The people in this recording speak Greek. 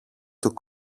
του